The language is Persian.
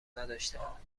نداشتهاند